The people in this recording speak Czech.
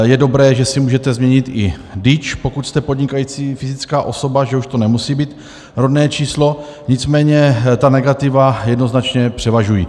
Je dobré, že si můžete změnit i DIČ, pokud jste podnikající fyzická osoba, že už to nemusí být rodné číslo, nicméně ta negativa jednoznačně převažují.